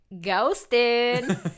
ghosted